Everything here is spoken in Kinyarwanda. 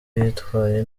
yitwaye